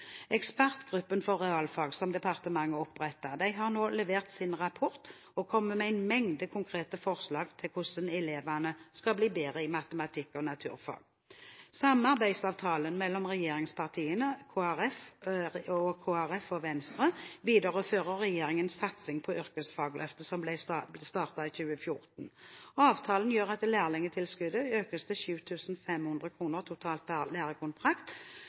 Ekspertgruppen for realfag som departementet opprettet, har nå levert sin rapport og kommet med en mengde konkrete forslag til hvordan elevene skal bli bedre i matematikk og naturfag. Samarbeidsavtalen mellom regjeringspartiene og Kristelig Folkeparti og Venstre viderefører regjeringens satsing på Yrkesfagløftet, som ble startet i 2014. Avtalen gjør at lærlingtilskuddet økes til 7 500 kr totalt per